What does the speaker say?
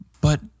but-